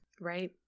Right